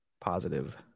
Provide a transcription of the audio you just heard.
positive